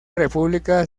república